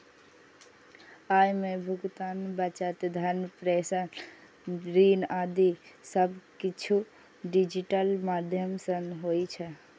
अय मे भुगतान, बचत, धन प्रेषण, ऋण आदि सब किछु डिजिटल माध्यम सं होइ छै